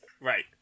Right